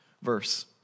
verse